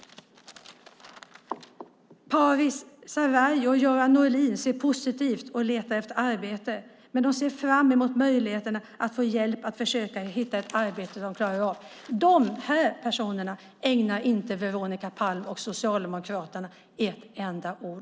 Pari Zarei och Göran Norlin ser positivt på saken och letar efter ett arbete. De ser fram emot möjligheten att få hjälp med att försöka hitta ett arbete som de klarar av. De här personerna ägnar Veronica Palm och Socialdemokraterna inte ett enda ord.